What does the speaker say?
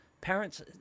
parents